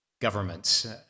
governments